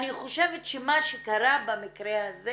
אני חושבת שמה שקרה במקרה הזה